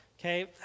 Okay